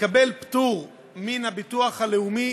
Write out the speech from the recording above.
לקבל פטור מהביטוח הלאומי